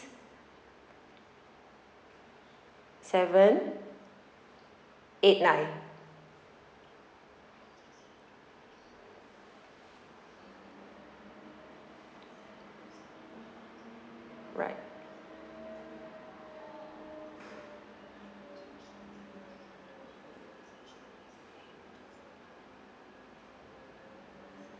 seven eight nine right